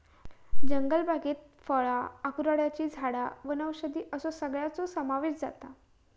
जंगलबागेत फळां, अक्रोडची झाडां वनौषधी असो सगळ्याचो समावेश जाता